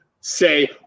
say